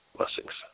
Blessings